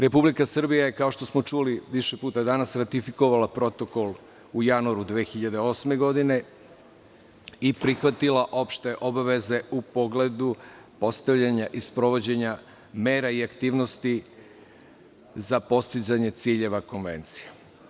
Republika Srbija je, kao što smo čuli više puta danas, ratifikovala protokol u januaru 2008. godine i prihvatila opšte obaveze u pogledu postavljanja i sprovođenja mera i aktivnosti za postizanje ciljeva konvencije.